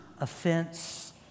offense